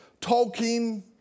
Tolkien